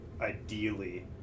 ideally